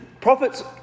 Prophets